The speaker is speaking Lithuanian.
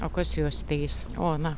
o kas juos teis ona